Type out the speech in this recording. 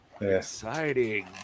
Exciting